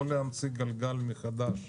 לא נמציא את הגלגל מחדש.